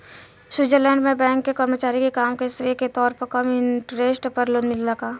Switzerland में bank के कर्मचारी के काम के श्रेय के तौर पर कम इंटरेस्ट पर लोन मिलेला का?